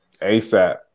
ASAP